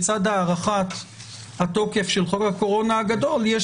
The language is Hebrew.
בצד הארכת התוקף של חוק הקורונה הגדול יש